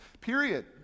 Period